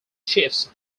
chiefs